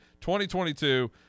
2022